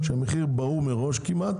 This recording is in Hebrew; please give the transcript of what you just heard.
שהמחיר ברור מראש כמעט,